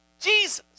Jesus